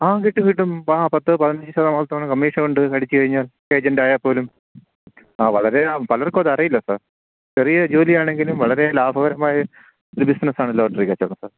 ആ കിട്ടും കിട്ടും ആ പത്ത് പതിനഞ്ചു ശതമാനത്തോളം കമ്മീഷനുണ്ട് അടിച്ചു കഴിഞ്ഞാൽ ഏജൻ്റായാൽപ്പോലും ആ വളരേ ആ പലർക്കും അതറിയില്ല സാർ ചെറിയ ജോലിയാണെങ്കിലും വളരേ ലാഭകരമായ ഒരു ബിസിനസ്സാണ് ലോട്ടറി കച്ചവടം സാർ